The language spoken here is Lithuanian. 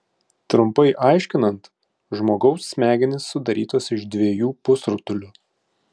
trumpai aiškinant žmogaus smegenys sudarytos iš dviejų pusrutulių